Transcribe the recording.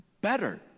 better